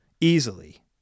Easily